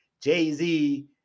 Jay-Z